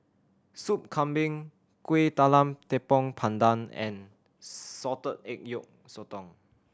Soup Kambing Kueh Talam Tepong Pandan and salted egg yolk sotong